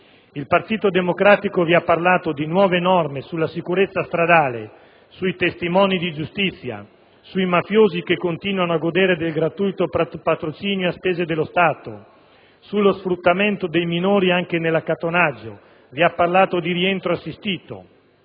Il Partito Democratico vi ha parlato di nuove norme sulla sicurezza stradale, sui testimoni di giustizia, sui mafiosi che continuano a godere del gratuito patrocinio a spese dello Stato, di sfruttamento dei minori anche nell'accattonaggio, di rientro assistito.